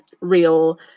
real